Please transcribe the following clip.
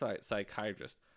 psychiatrist